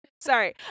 Sorry